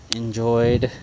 enjoyed